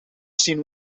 zien